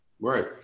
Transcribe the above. Right